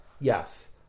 Yes